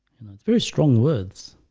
it's very strong words.